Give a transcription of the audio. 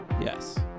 Yes